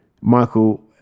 Michael